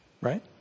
Right